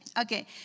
Okay